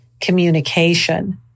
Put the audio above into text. communication